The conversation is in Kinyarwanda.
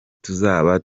tuzaba